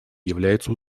является